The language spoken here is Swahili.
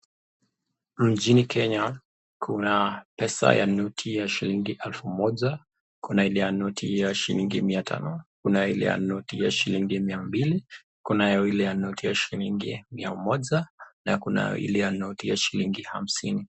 Nchini kenya kuna pesa ya noti ya shillingi elfu moja, kuna ile noti ya shilingi mia tano, kuna ile ya noti ya shilingi mia mbili, kunayo ile ya noti ya shilingi mia moja na kuna ile ya noti ya shilingi hamsini.